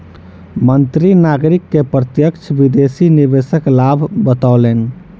मंत्री नागरिक के प्रत्यक्ष विदेशी निवेशक लाभ बतौलैन